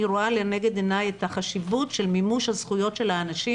אני רואה לנגד עיני את החשיבות של מימוש ה זכויות של האנשים